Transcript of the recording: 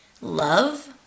love